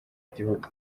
gihugu